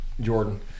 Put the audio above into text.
Jordan